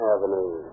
Avenue